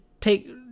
take